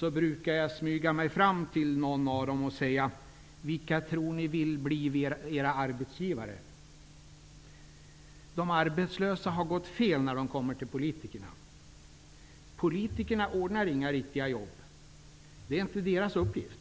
brukar jag smyga mig fram till någon av dem och säga: Vilka tror ni vill bli era arbetsgivare? De arbetslösa har gått fel när de kommer till politikerna. Politikerna ordnar inga riktiga jobb. Det är inte heller deras uppgift.